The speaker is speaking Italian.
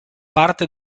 parte